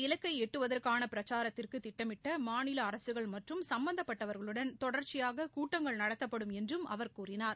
இலக்கை எட்டுவதற்கான பிரச்சாரத்திற்கு திட்டமிட மாமநில அரசுகள் மற்றும் இந்த சும்பந்தப்பட்டவர்களுடன் தொடர்ச்சியாக கூட்டங்கள் நடத்தப்படும் என்றும் அவர் கூறினார்